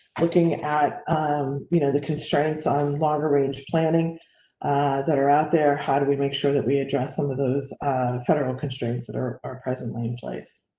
looking at um you know the constraints on longer range planning that are out there. how do we make sure that we address some of those federal constraints that are are presently in place.